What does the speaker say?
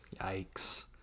yikes